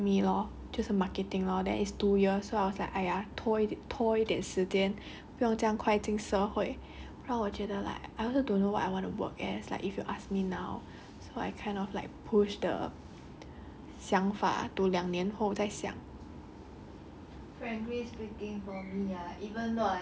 choosing any of the course that can accept me lor 就是 marketing lor that is two years so I was like !aiya! 拖拖一点时间不用这样快进社会然后我觉得 like I also don't know what I wanna work as like if you ask me now so I kind of like push the 想法 to 两年后再想